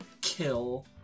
kill